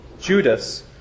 Judas